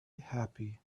happy